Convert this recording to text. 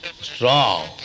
strong